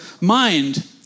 mind